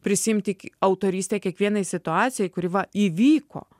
prisiimti autorystę kiekvienai situacijai kuri va įvyko